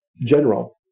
general